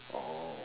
oh